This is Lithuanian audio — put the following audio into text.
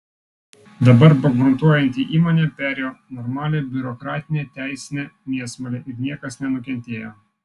dabar bankrutuojanti įmonė perėjo normalią biurokratinę teisinę mėsmalę ir niekas nenukentėjo